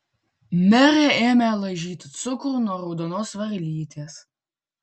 merė ėmė laižyti cukrų nuo raudonos varlytės